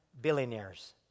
billionaires